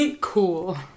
Cool